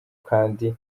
kandi